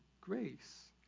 grace